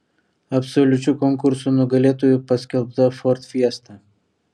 absoliučiu konkurso nugalėtoju paskelbta ford fiesta